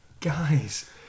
Guys